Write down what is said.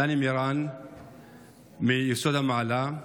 דני מירן מיסוד המעלה.